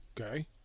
Okay